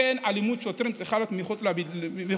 שאלימות שוטרים כן צריכה להיות מחוץ לטקסט.